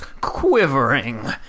quivering